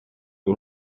you